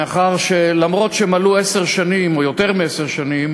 מאחר שלמרות שמלאו עשר שנים או יותר מעשר שנים